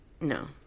No